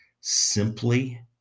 simply